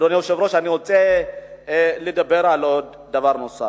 אדוני היושב-ראש, אני רוצה לדבר על דבר נוסף.